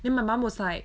then my mum was like